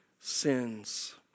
sins